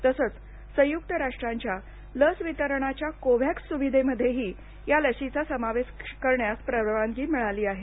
तसंच संयूक्त राष्ट्रांच्या लसवितरणाच्या कोव्हॅक्स सुविधेमध्येही या लशीचा समावेश करण्यास परवानगी मिळाली आहे